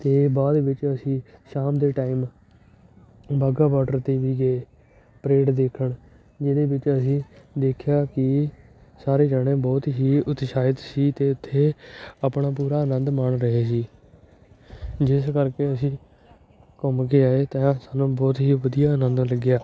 ਅਤੇ ਬਾਅਦ ਵਿੱਚ ਅਸੀਂ ਸ਼ਾਮ ਦੇ ਟਾਈਮ ਬਾਘਾ ਬਾਡਰ 'ਤੇ ਵੀ ਗਏ ਪਰੇਡ ਦੇਖਣ ਜਿਹਦੇ ਵਿੱਚ ਅਸੀਂ ਦੇਖਿਆ ਕਿ ਸਾਰੇ ਜਣੇ ਬਹੁਤ ਹੀ ਉਤਸ਼ਾਹਿਤ ਸੀ ਅਤੇ ਉੱਥੇ ਆਪਣਾ ਪੂਰਾ ਆਨੰਦ ਮਾਣ ਰਹੇ ਸੀ ਜਿਸ ਕਰਕੇ ਅਸੀਂ ਘੁੰਮ ਕੇ ਆਏ ਤਾਂ ਸਾਨੂੰ ਬਹੁਤ ਹੀ ਵਧੀਆ ਆਨੰਦ ਲੱਗਿਆ